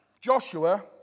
Joshua